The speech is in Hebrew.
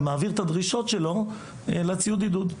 ומעביר את הדרישות שלו לציוד עידוד.